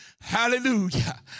Hallelujah